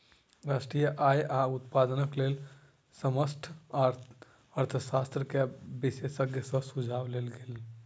राष्ट्रीय आय आ उत्पादनक लेल समष्टि अर्थशास्त्र के विशेषज्ञ सॅ सुझाव लेल गेल